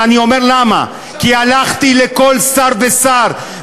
ואני אומר למה: כי הלכתי לכל שר ושר,